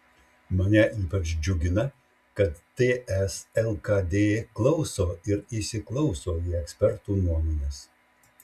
mane ypač džiugina kad ts lkd klauso ir įsiklauso į ekspertų nuomones